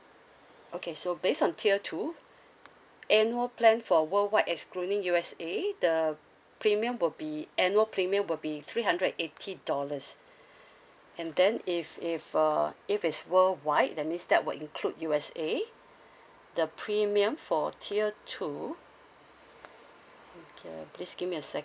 okay so based on tier two annual plan for worldwide excluding U_S_A the premium will be annual premium will be three hundred eighty dollars and then if if uh if it's worldwide that means that will include U_S_A the premium for tier two okay please give me a sec~